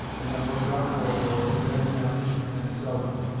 and on more doubtful authority, ben jonson and selden.